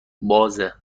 بازشه